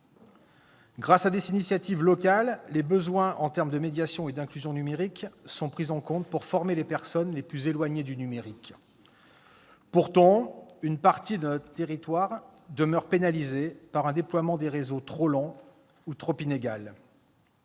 Grâce à des initiatives locales, les besoins en termes de médiation et d'inclusion numériques sont pris en compte pour former les personnes les plus éloignées du numérique. Pourtant, une partie de notre territoire demeure pénalisée par un déploiement des réseaux trop lent ou trop inégal.